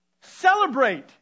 celebrate